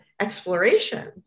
exploration